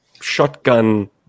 shotgun